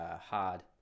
hard